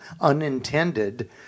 unintended